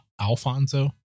Alfonso